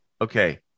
okay